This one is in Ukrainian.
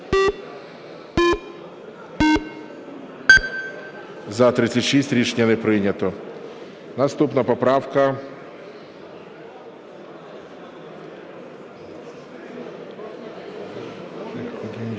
За-35 Рішення не прийнято. Наступна поправка…